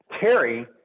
Terry